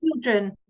children